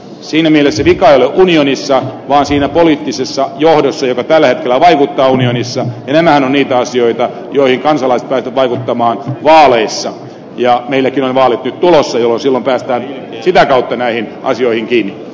siinä mielessä vika ei ole unionissa vaan siinä poliittisessa johdossa joka tällä hetkellä vaikuttaa unionissa ja nämähän ovat niitä asioita joihin kansalaiset pääsevät vaikuttamaan vaaleissa ja meilläkin on vaalit nyt tulossa jolloin silloin päästään sitä kautta näihin asioihin kiinni